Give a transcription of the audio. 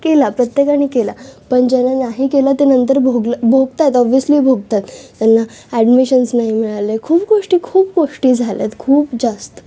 केला प्रत्येकानी केला पण ज्यानं नाही केला ते नंतर भोगलं भोगत आहेत ऑब्व्हियसली भोगत आहेत त्यांना ॲडमिशन्स नाही मिळाले खूप गोष्टी खूप गोष्टी झाल्या आहेत खूप जास्त